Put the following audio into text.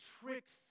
tricks